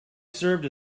served